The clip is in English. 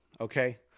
Okay